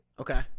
okay